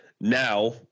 Now